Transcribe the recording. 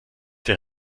der